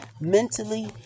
mentally